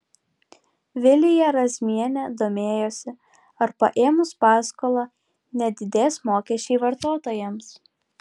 vilija razmienė domėjosi ar paėmus paskolą nedidės mokesčiai vartotojams